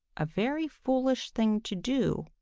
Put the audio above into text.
a very foolish thing to do,